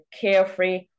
carefree